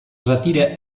retira